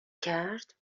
کرد